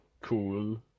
cool